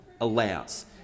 allows